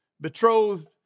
betrothed